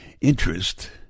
interest